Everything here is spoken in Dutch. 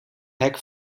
hek